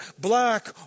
black